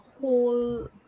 whole